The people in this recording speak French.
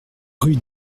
rue